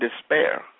despair